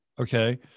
Okay